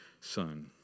son